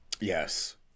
Yes